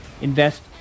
invest